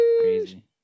Crazy